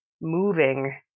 moving